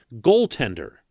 goaltender